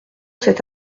cet